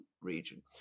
region